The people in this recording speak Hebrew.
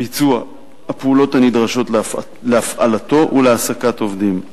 ביצוע הפעולות הנדרשות להפעלתו ולהעסקת עובדים.